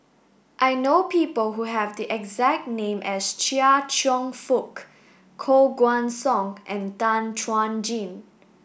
I know people who have the exact name as Chia Cheong Fook Koh Guan Song and Tan Chuan Jin